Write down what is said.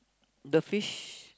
the fish